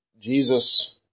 Jesus